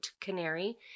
canary